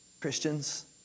Christians